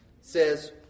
says